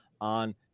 on